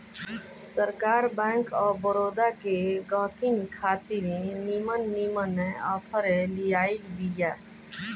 सरकार bank of Baroda के गहकिन खातिर निमन निमन आफर लियाइल बिया